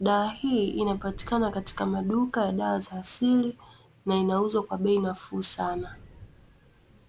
Dawa hii inapatikana katika maduka ya dawa za asili na inauzwa kwa bei nafuu sana.